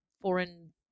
foreign